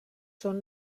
són